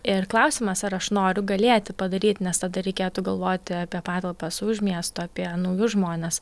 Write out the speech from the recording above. ir klausimas ar aš noriu galėti padaryti nes tada reikėtų galvoti apie patalpas už miesto apie naujus žmones